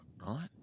right